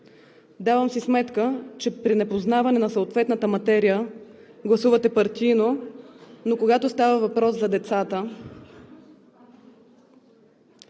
Давам си сметка, че при непознаване на съответната материя гласувате партийно, но когато става въпрос за децата